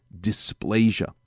dysplasia